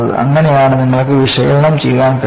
അങ്ങനെയാണ് നിങ്ങൾക്ക് വിശകലനം ചെയ്യാൻ കഴിയുന്നത്